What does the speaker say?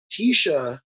Tisha